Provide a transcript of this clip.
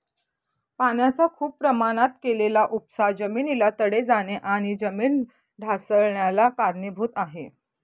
पाण्याचा खूप प्रमाणात केलेला उपसा जमिनीला तडे जाणे आणि जमीन ढासाळन्याला कारणीभूत आहे